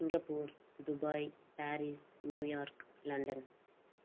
Singapore Dubai Paris New York London